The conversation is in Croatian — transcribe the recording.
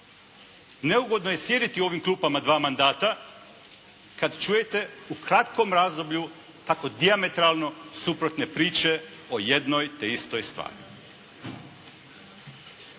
Neugodno je sjediti u ovim klupama dva mandata kad čujete u kratkom razdoblju tako dijametralno suprotne priče o jednoj te istoj stvari.